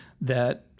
that-